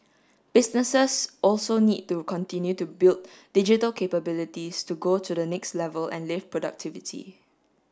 businesses also need to continue to build digital capabilities to go to the next level and lift productivity